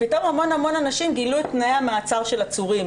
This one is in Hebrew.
פתאום המון אנשים גילו את תנאי המעצר של עצורים,